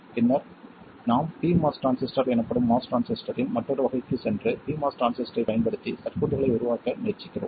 பின்னர் நாம் PMOS transistor எனப்படும் MOS டிரான்சிஸ்டரின் மற்றொரு வகைக்குச் சென்று PMOS டிரான்சிஸ்டரைப் பயன்படுத்தி சர்க்யூட்ஸ்களை உருவாக்க முயற்சிக்கிறோம்